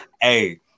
Hey